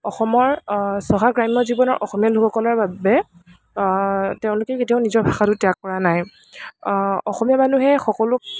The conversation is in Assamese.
অসমৰ চহা গ্ৰাম্য় জীৱনৰ অসমীয়া লোকসকলৰ বাবে তেওঁলোকে কেতিয়াও নিজৰ ভাষাটো ত্য়াগ কৰা নাই অসমীয়া মানুহে সকলো